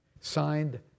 Signed